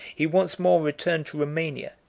he once more returned to romania,